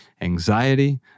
anxiety